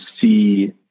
see